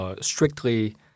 strictly